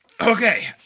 okay